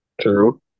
True